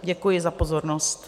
Děkuji za pozornost.